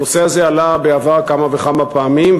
הנושא הזה עלה בעבר כמה וכמה פעמים,